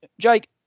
Jake